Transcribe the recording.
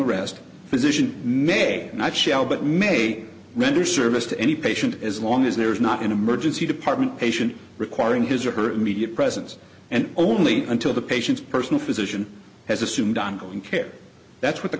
arrest physician may not shall but may render service to any patient as long as there is not an emergency department patient requiring his or her immediate presence and only until the patient's personal physician has assumed ongoing care that's what the